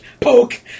poke